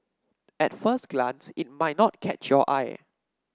at first glance it might not catch your eye